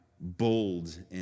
bold